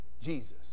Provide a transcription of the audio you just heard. Jesus